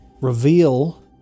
reveal